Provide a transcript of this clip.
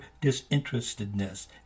disinterestedness